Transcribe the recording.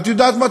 את יודעת מה?